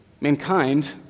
mankind